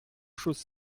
choses